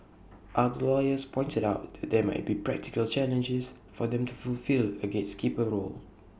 other lawyers pointed out that there might be practical challenges for them to fulfil A gatekeeper's role